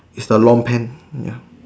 is the long pant (ya)